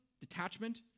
detachment